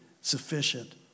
sufficient